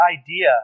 idea